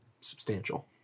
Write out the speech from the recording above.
substantial